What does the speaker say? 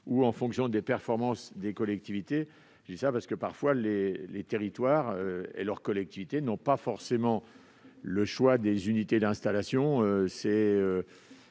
ou en fonction des performances des collectivités. En effet, les territoires et leurs collectivités n'ont pas forcément le choix des unités d'installation